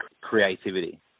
creativity